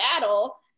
battle